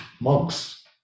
monks